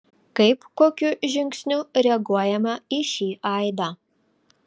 kaip kokiu žingsniu reaguojama į šį aidą